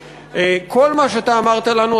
כל מה שאתה אמרת לנו,